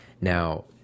Now